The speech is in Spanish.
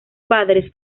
padres